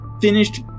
finished